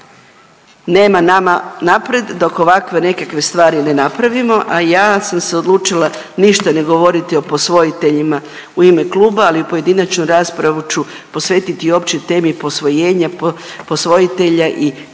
nema nama naprijed dok ovakve nekakve stvari ne napravimo, a ja sam se odlučila ništa ne govoriti o posvojiteljima u ime kluba, ali u pojedinačnu raspravu ću posvetiti i općoj temi posvojenja, posvojitelja i